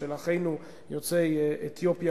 של אחינו יוצאי אתיופיה,